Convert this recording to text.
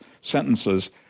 sentences